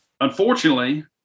Unfortunately